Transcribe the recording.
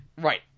Right